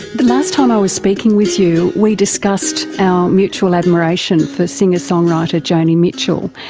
the last time i was speaking with you we discussed our mutual admiration for singer-songwriter joni mitchell,